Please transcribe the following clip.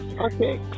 Okay